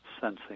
sensing